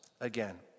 again